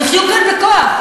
יחיו כאן בכוח.